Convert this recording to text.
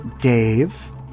Dave